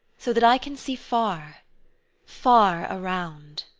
so that i can see far far around.